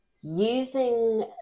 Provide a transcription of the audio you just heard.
using